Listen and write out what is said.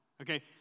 Okay